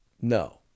No